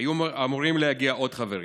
היו אמורים להגיע עוד חברים.